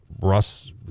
Russ